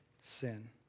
sin